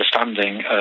understanding